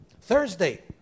Thursday